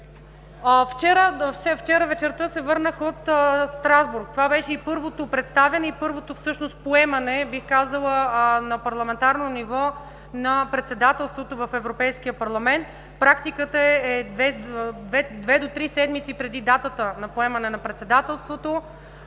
Вчера вечерта се върнах от Страсбург. Това беше и първото представяне, и първото всъщност поемане, бих казала, на парламентарно ниво на Председателството в Европейския парламент. Практиката е две до три седмици преди датата на поемане на Председателството,